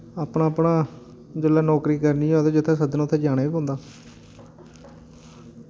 अपना अपना जिल्लै नौकरी करनी होए ते जित्थै सद्दन उत्थै जाने बी पौंदा